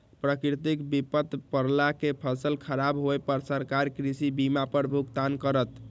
प्राकृतिक विपत परला से फसल खराब होय पर सरकार कृषि बीमा पर भुगतान करत